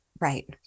right